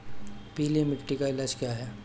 पीली मिट्टी का इलाज क्या है?